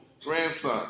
grandson